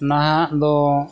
ᱱᱟᱦᱟᱜ ᱫᱚ